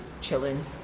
chilling